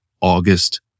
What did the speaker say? August